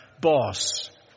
boss